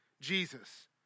Jesus